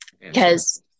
because-